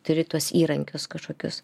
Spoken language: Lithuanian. turi tuos įrankius kažkokius